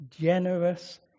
generous